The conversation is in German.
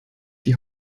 die